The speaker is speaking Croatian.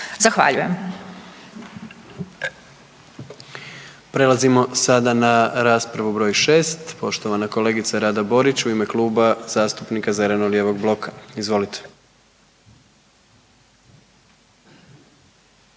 (HDZ)** Prelazimo sada na raspravu broj šest, poštovana kolegica Rada Borić u ime Kluba zastupnika zeleno-lijevog bloka. Izvolite.